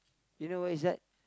you know where is that